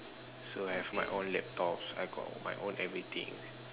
so I have my own laptop I got my own everything